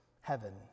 Heaven